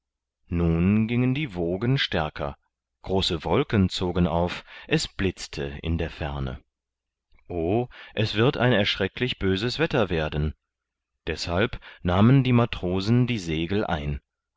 nun gingen die wogen stärker große wolken zogen auf es blitzte in der ferne o es wird ein erschrecklich böses wetter werden deshalb nahmen die matrosen die segel ein